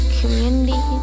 community